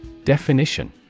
Definition